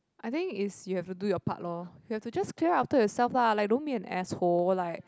I think is you have to do your part lor you have to just clear after yourself lah like don't be an asshole like